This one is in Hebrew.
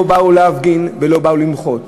לא באו להפגין ולא באו למחות,